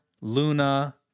Luna